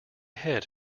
head